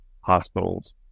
hospitals